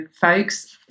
folks